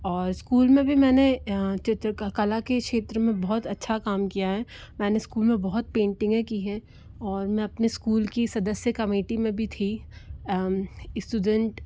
और स्कूल में भी मैंने चित्र कला के क्षेत्र में बहुत अच्छा काम किया है मैंने स्कूल में बहुत पेंटिंगें की हैं और मैं अपने स्कूल की सदस्य कमेटी में भी थी इस्टुडेंट